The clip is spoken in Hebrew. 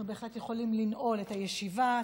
אנחנו בהחלט יכולים לנעול את הישיבה.